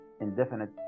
indefinite